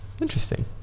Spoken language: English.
interesting